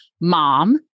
mom